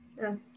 yes